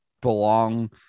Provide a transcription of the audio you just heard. belong